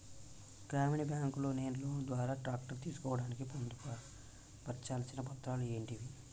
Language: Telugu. గ్రామీణ బ్యాంక్ లో నేను లోన్ ద్వారా ట్రాక్టర్ తీసుకోవడానికి పొందు పర్చాల్సిన పత్రాలు ఏంటివి?